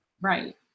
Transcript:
right